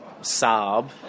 saab